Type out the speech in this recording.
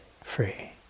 free